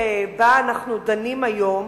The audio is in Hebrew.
שבה אנחנו דנים היום,